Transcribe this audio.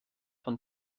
von